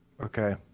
Okay